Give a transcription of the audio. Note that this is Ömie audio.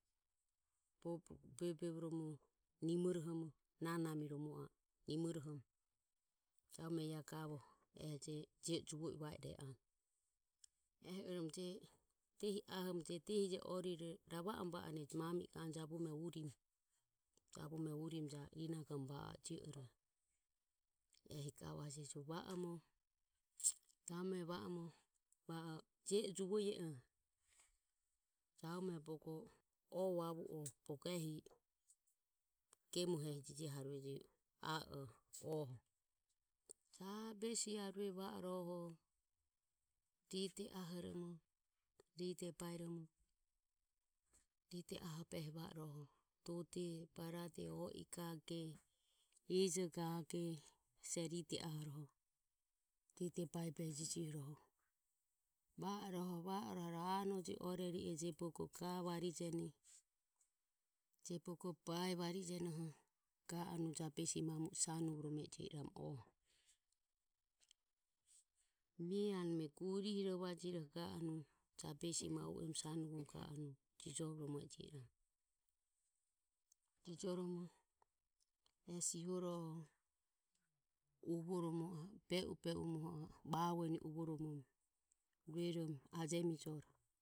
Bo bo voromo nimorohoromo nana miromo ae nimorohoromo jabume iae gavo e je je ejuvo ie va ire e ehi oromo je diehi ahoromo je dehi je e orire rava amo va ane mami e he anue jabume urimo jabume urimo ja rinagoromo va a e je ore ehi gavajeje hu va oromo jabume va oromo va o je e juvo i e e oho jabume bogo oe vavu oho bogo ehi gemoroho jiji haureje aeoho oho jabesi arue va oroho ride ahoromo ride ahobe ehi va i roho dode barade o i gage ijo gage hesi e ride aho iroho ride baebo jijiho iroho va iroho va iroho arue anoji e orari e je bogo ga varijene je bogo bae varijenoho ga anue jabesi ma uemu sanuvo rome e jio iramu oho mie ame gurihi rovajire oho ga anue jabesi ma uemu sanu voromo ga anue jijorome e jio iramu. Jijoromo e siho iroho uvo romo a e be umo be umo vavueni uvoromo rueromo ajemijoro